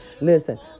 Listen